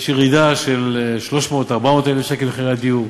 יש ירידה של 300,000 400,000 שקל במחירי הדיור.